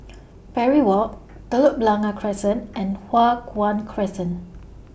Parry Walk Telok Blangah Crescent and Hua Guan Crescent